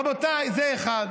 רבותיי, זה אחד.